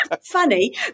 funny